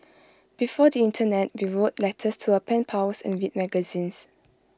before the Internet we wrote letters to our pen pals and read magazines